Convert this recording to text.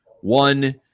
one